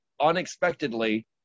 unexpectedly